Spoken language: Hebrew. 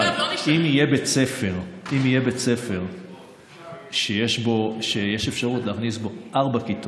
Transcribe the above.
אם יהיה בית ספר שיש אפשרות להכניס בו ארבע כיתות,